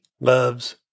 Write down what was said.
loves